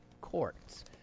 courts